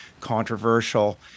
controversial